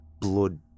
blood